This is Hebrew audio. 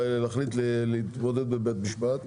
להחליט להתמודד בבית המשפט,